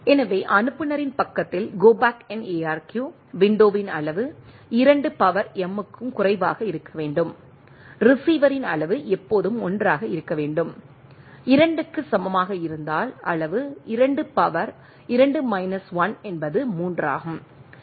எனவே அனுப்புநரின் பக்கத்தில் கோ பேக் என் ARQ விண்டோவின் அளவு 2 பவர் m க்கும் குறைவாக இருக்க வேண்டும் ரிசீவரின் அளவு எப்போதும் 1 ஆக இருக்க வேண்டும் 2 க்கு சமமாக இருந்தால் அளவு 2 பவர் 2 மைனஸ் 1 என்பது 3 ஆகும்